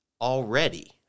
already